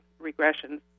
regressions